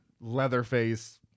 Leatherface